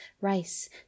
rice